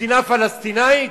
במדינה פלסטינית?